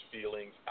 feelings